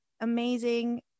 amazing